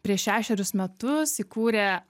prieš šešerius metus įkūrė